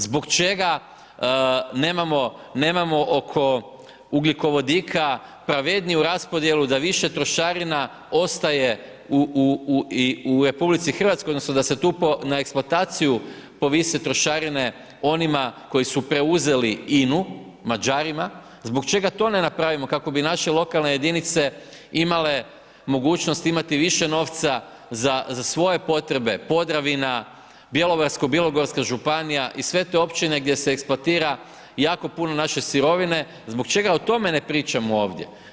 Zbog čega nemamo oko ugljikovodika pravedniju raspodjelu, da više trošarina ostaje u RH, onda, da se tu na eksploataciju povise trošarine, onima koji su preuzeli INA-u, Mađarima, zbog čega to ne napravimo, kako bi naše lokalne jedinice, imale mogućnost imati više novca za svoje potrebe, Podravina, Bjelovarsko bilogorska županija, i sve te općine gdje se eksploatira, jako puno naše sirovine, zbog čega o tome ne pričamo ovdje?